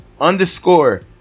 underscore